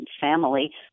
family